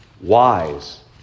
wise